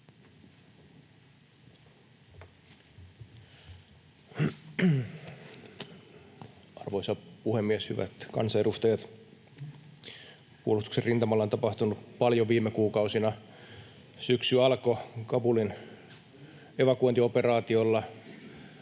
Arvoisa puhemies! Hyvät kansanedustajat! Puolustuksen rintamalla on tapahtunut paljon viime kuukausina. Syksy alkoi Kabulin evakuointioperaatiolla,